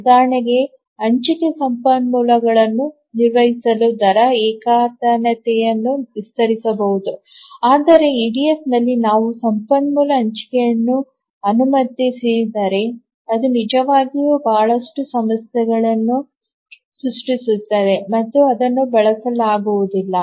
ಉದಾಹರಣೆಗೆ ಹಂಚಿಕೆ ಸಂಪನ್ಮೂಲಗಳನ್ನು ನಿರ್ವಹಿಸಲು ದರ ಏಕತಾನತೆಯನ್ನು ವಿಸ್ತರಿಸಬಹುದು ಆದರೆ ಇಡಿಎಫ್ನಲ್ಲಿ ನಾವು ಸಂಪನ್ಮೂಲ ಹಂಚಿಕೆಯನ್ನು ಅನುಮತಿಸಿದರೆ ಅದು ನಿಜವಾಗಿಯೂ ಬಹಳಷ್ಟು ಸಮಸ್ಯೆಗಳನ್ನು ಸೃಷ್ಟಿಸುತ್ತದೆ ಮತ್ತು ಅದನ್ನು ಬಳಸಲಾಗುವುದಿಲ್ಲ